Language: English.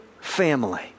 family